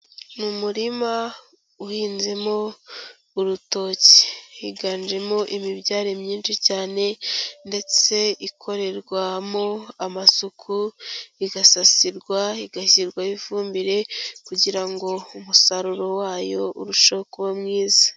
Mu murima uhinzemo urutoki. Higanjemo imibyare myinshi cyane ndetse ikorerwamo amasuku, igasasirwa, igashyirwaho ifumbire kugira ngo umusaruro wayo urusheho kuba mwiza.